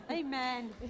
amen